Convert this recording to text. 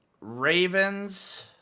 Ravens